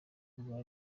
rwa